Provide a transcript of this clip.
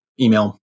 email